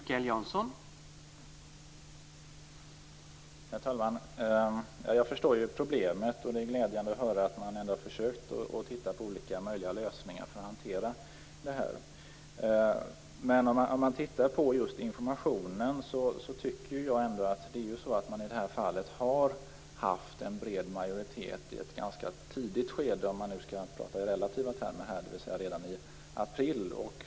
Herr talman! Jag förstår problemet, och det är glädjande att höra att man ändå har försökt att titta på olika möjliga lösningar för att hantera denna fråga. I fråga om informationen tycker jag ändå att man i detta fall har haft en bred majoritet i ett ganska tidigt skede, om man nu skall tala i relativa termer här, dvs. redan i april.